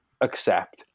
accept